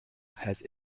has